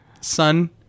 Son